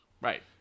Right